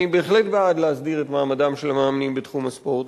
אני בהחלט בעד להסדיר את מעמדם של המאמנים בתחום הספורט,